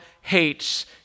hates